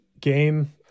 game